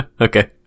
Okay